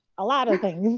a lot of things.